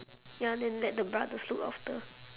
ya then let the brothers look after